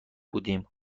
بودیم